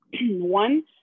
one